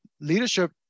leadership